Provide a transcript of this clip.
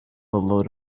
load